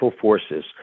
forces